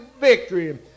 victory